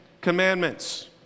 Commandments